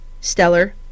Stellar